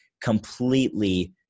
completely